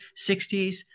60s